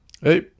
Hey